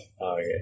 okay